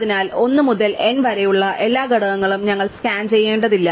അതിനാൽ 1 മുതൽ n വരെയുള്ള എല്ലാ ഘടകങ്ങളും ഞങ്ങൾ സ്കാൻ ചെയ്യേണ്ടതില്ല